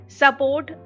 support